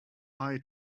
eye